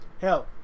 Hell